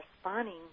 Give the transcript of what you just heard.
spawning